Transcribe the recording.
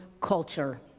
culture